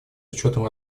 учетом